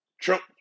Trump